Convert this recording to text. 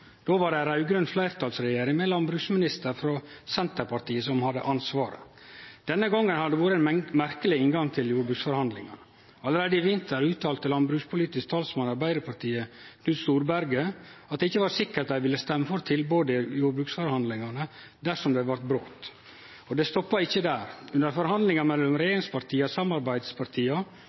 Då var det ei raud-grøn fleirtalsregjering med landbruksminister frå Senterpartiet som hadde ansvaret. Denne gongen har det vore ein merkeleg inngang til jordbruksforhandlingane. Allereie i vinter uttalte landbrukspolitisk talsmann i Arbeidarpartiet, Knut Storberget, at det ikkje var sikkert at dei ville stemme for tilbodet i jordbruksforhandlingane dersom det blei brot. Og det stoppa ikkje der. Under forhandlingar mellom regjeringspartia og samarbeidspartia